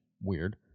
weird